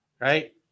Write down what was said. right